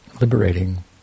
liberating